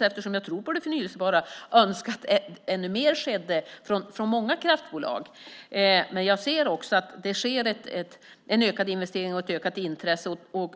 Eftersom jag tror på det förnybara skulle jag naturligtvis önska att ännu mer skedde från många kraftbolag, men jag ser också att det sker en ökad investering och att intresset ökar.